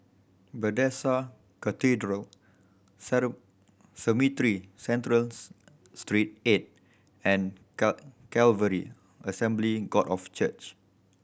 Bethesda Cathedral Cemetry Centrals Street Eight and Calvary Assembly God of Church